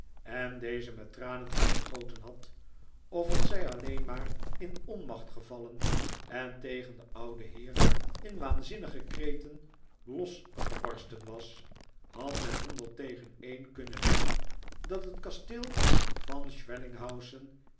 en deze met tranen overgoten had of als zij alleen maar in onmacht gevallen en tegen den ouden heer in waanzinnige kreten losgebarsten was had men honderd tegen een kunnen wedden dat het kasteel van schwellinghausen